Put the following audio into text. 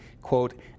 quote